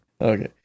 okay